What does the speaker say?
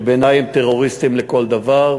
ובעיני הם טרוריסטים לכל דבר.